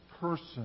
person